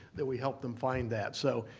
that we help them find that. so,